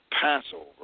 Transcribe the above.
Passover